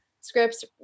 scripts